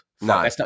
No